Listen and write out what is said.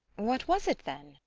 what was it, then?